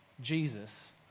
Jesus